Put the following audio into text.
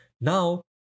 Now